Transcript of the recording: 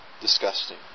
disgusting